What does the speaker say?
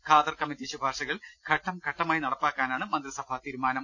Khader committee ശുപാർശകൾ ഘട്ടം ഘട്ടമായി നടപ്പാക്കാനാണ് മന്ത്രിസഭാ തീരുമാനം